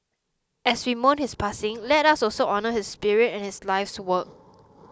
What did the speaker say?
as we mourn his passing let us also honour his spirit and his life's work